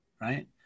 right